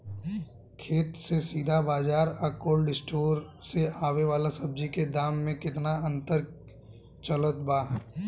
खेत से सीधा बाज़ार आ कोल्ड स्टोर से आवे वाला सब्जी के दाम में केतना के अंतर चलत बा?